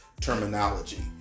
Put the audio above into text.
terminology